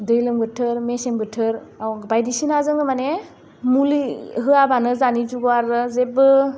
दैलां बोथोर मेसें बोथोराव बायदिसिना जोङो माने मुलि होआबानो जानि जुगाव आरो जेब्बो